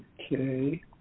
okay